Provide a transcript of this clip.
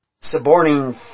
suborning